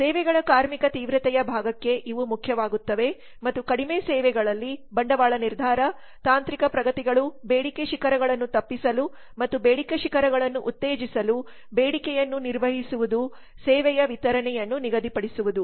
ಸೇವೆಗಳ ಕಾರ್ಮಿಕ ತೀವ್ರತೆಯ ಭಾಗಕ್ಕೆ ಇವು ಮುಖ್ಯವಾಗುತ್ತವೆ ಮತ್ತು ಕಡಿಮೆ ಸೇವೆಗಳಲ್ಲಿ ಬಂಡವಾಳ ನಿರ್ಧಾರ ತಾಂತ್ರಿಕ ಪ್ರಗತಿಗಳು ಬೇಡಿಕೆ ಶಿಖರಗಳನ್ನು ತಪ್ಪಿಸಲು ಮತ್ತು ಬೇಡಿಕೆ ಶಿಖರಗಳನ್ನು ಉತ್ತೇಜಿಸಲು ಬೇಡಿಕೆಯನ್ನು ನಿರ್ವಹಿಸುವುದು ಸೇವೆಯ ವಿತರಣೆಯನ್ನು ನಿಗದಿಪಡಿಸುವುದು